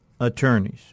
attorneys